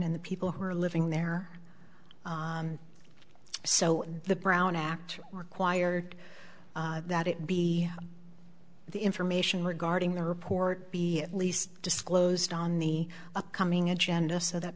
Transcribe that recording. and the people who are living there so the brown act required that it be the information regarding the report be at least disclosed on the upcoming agenda so that